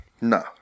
No